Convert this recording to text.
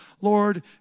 Lord